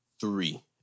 three